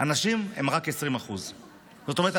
הנשים הן רק 20%. זאת אומרת,